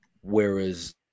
whereas